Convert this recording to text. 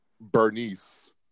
bernice